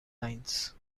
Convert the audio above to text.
lines